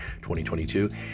2022